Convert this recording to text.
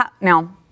Now